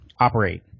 operate